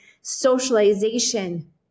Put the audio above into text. socialization